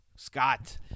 Scott